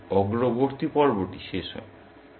সেখানে অগ্রবর্তী পর্বটি শেষ হয়